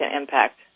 impact